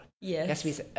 Yes